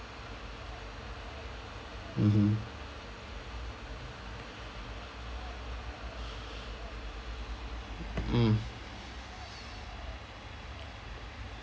mmhmm mm